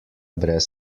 brez